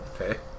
Okay